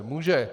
Může.